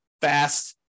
fast